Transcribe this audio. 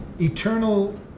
eternal